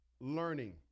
learning